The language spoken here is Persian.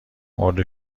مرده